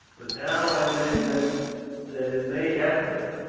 but now i may admit that it may have been.